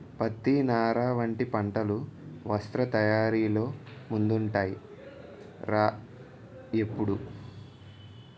పత్తి, నార వంటి పంటలు వస్త్ర తయారీలో ముందుంటాయ్ రా ఎప్పుడూ